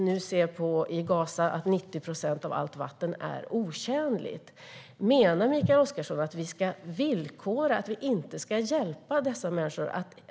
90 procent av allt vatten i Gaza är otjänligt. Menar Mikael Oscarsson att vi ska villkora vårt bistånd och inte hjälpa dessa människor?